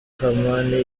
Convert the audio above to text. kampani